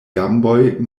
gamboj